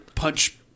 Punch